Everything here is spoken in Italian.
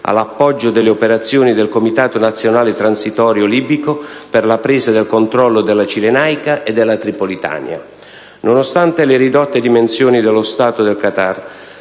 all'appoggio delle operazioni del Comitato nazionale transitorio libico per la presa del controllo della Cirenaica e della Tripolitania. Nonostante le ridotte dimensioni dello Stato del Qatar,